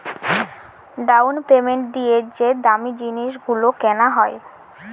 down payment দিয়ে যে দামী জিনিস গুলো কেনা হয়